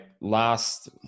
last